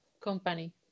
company